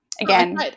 again